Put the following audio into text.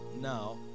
now